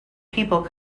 people